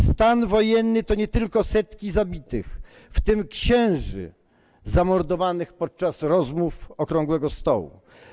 Stan wojenny to nie tylko setki zabitych, w tym księży zamordowanych podczas rozmów okrągłego stołu.